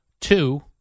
Two